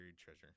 treasure